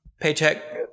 Paycheck